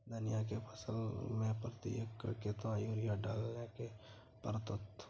धनिया के फसल मे प्रति एकर केतना यूरिया डालय के परतय?